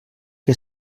que